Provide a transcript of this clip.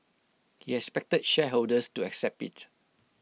he expected shareholders to accept IT